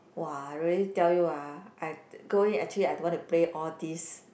[wah] I really tell you ah I go in I actually don't want to play these